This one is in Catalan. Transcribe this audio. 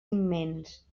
immens